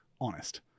honest